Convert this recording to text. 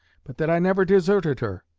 but that i never deserted her.